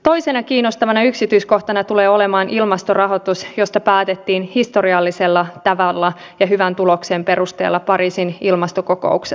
työttömyyden pitkittyminen pienentää todennäköisyyttä työllistyä ja se kasvattaa riskiä ajautua pysyvään huono osaisuuteen ja syrjäytymiseen